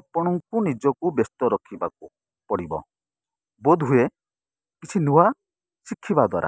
ଆପଣଙ୍କୁ ନିଜକୁ ବ୍ୟସ୍ତ ରଖିବାକୁ ପଡ଼ିବ ବୋଧହୁଏ କିଛି ନୂଆ ଶିଖିବା ଦ୍ୱାରା